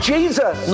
Jesus